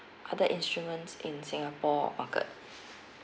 other instruments in singapore market